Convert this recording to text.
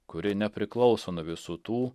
kuri nepriklauso nuo visų tų